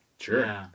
Sure